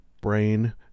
brain